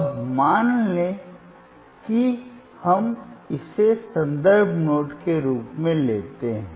अब मान लें कि हम इसे संदर्भ नोड के रूप में लेते हैं